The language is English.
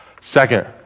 Second